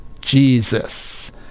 Jesus